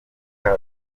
vuba